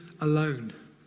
alone